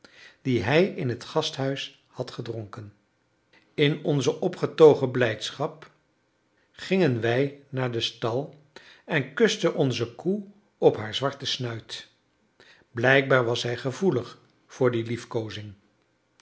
die hij in het gasthuis had gedronken in onze opgetogen blijdschap gingen wij naar den stal en kusten onze koe op haar zwarten snuit blijkbaar was zij gevoelig voor die